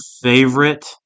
favorite